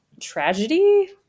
tragedy